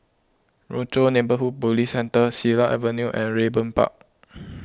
Rochor Neighborhood Police Centre Silat Avenue and Raeburn Park